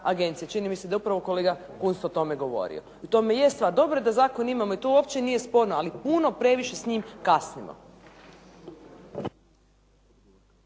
agencija. Čini mi se da je upravo kolega Kunst o tome govorio. U tome jest stvar, dobro je da zakon imamo i to uopće nije sporno, ali puno previše s njim kasnimo.